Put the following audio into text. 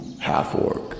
half-orc